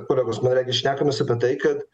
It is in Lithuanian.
kolegos man regis šnekamės apie tai kad